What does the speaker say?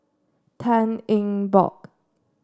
Tan Eng Bock